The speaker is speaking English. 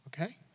okay